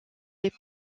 les